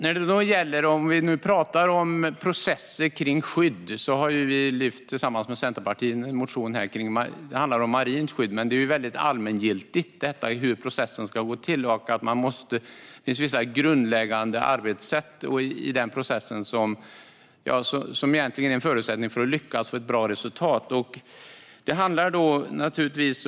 Jag går vidare till processer kring skydd. Tillsammans med Centerpartiet har vi väckt en motion om marint skydd. Men det är väldigt allmängiltigt hur processen ska gå till, och vissa grundläggande arbetssätt är en förutsättning för att lyckas få ett bra resultat.